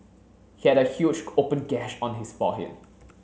he had a huge open gash on his forehead